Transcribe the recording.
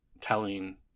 telling